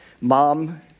Mom